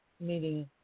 meeting